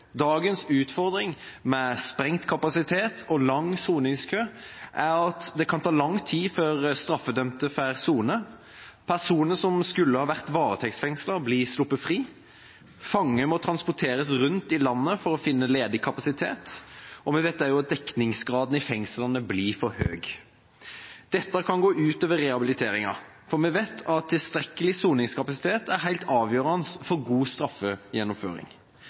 Dagens utfordring med sprengt kapasitet og lang soningskø er at det kan ta lang tid før straffedømte får sone, personer som skulle vært varetektsfengslet, blir sluppet fri, fanger må transporteres rundt i landet for å finne ledig kapasitet, og vi vet også at dekningsgraden i fengslene blir for høy. Dette kan gå ut over rehabiliteringa, for vi vet at tilstrekkelig soningskapasitet er helt avgjørende for god straffegjennomføring.